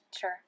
Sure